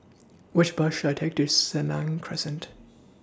Which Bus should I Take to Senang Crescent